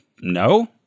no